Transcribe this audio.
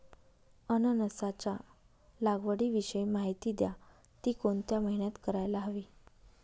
अननसाच्या लागवडीविषयी माहिती द्या, ति कोणत्या महिन्यात करायला हवी?